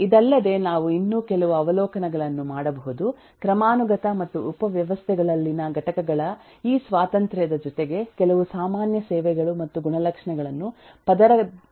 ಇದಲ್ಲದೆ ನಾವು ಇನ್ನೂ ಕೆಲವು ಅವಲೋಕನಗಳನ್ನು ಮಾಡಬಹುದು ಕ್ರಮಾನುಗತ ಮತ್ತು ಉಪವ್ಯವಸ್ಥೆಗಳಲ್ಲಿನ ಘಟಕಗಳ ಈ ಸ್ವಾತಂತ್ರ್ಯದ ಜೊತೆಗೆ ಕೆಲವು ಸಾಮಾನ್ಯ ಸೇವೆಗಳು ಮತ್ತು ಗುಣಲಕ್ಷಣಗಳನ್ನು ಪದರಗಳಾದ್ಯಂತ ಹಂಚಿಕೊಳ್ಳಲಾಗಿದೆ